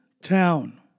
Town